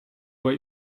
what